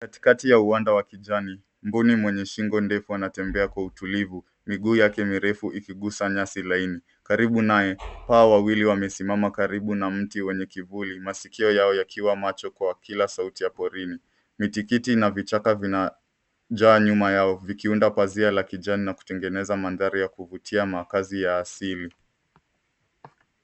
Katikati ya uwanda wa kijani, mbuni mwenye shingo ndefu anatembea kwa utulivu, miguu yake mirefu ikigusa nyasi laini. Karibu naye, paa wawili wamesimama karibu na mti wenye kivuli masikio yao yakiwa macho kwa kila sauti ya porini. Mitikiti na vichaka vinajaa nyuma yao vikiunda pazia la kijani na kutengeneza mandhari ya kuvutia makazi ya asili.